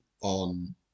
on